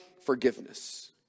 forgiveness